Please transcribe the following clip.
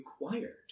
required